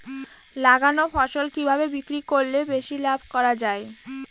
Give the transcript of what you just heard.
লাগানো ফসল কিভাবে বিক্রি করলে বেশি লাভ করা যায়?